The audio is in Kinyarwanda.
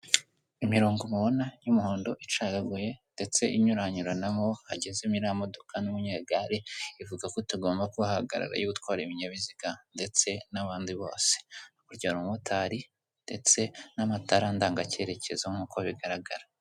Imirongo mubona y'umuhondo icagaguye ndetse inyuranyuranaho hagezemo iriya modoka n'umunyegare ivuga ko tugomba kuhahagarara niba utwara ibinyabiziga ndetse n'abandi bose. Hirya hari umumotari ndetse n'amatara ndanga kerekezo nk'uko bigaragara.